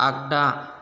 आगदा